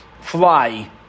fly